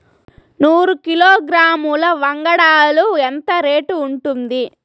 నూరు కిలోగ్రాముల వంగడాలు ఎంత రేటు ఉంటుంది?